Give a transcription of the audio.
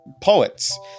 poets